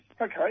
okay